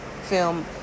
film